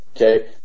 Okay